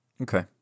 Okay